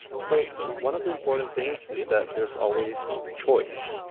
so one of the important things is that there's always choice,